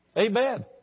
Amen